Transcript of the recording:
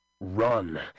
Run